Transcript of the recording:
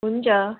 हुन्छ